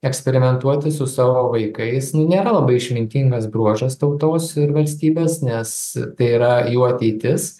eksperimentuoti su savo vaikais nu nėra labai išmintingas bruožas tautos ir valstybės nes tai yra jų ateitis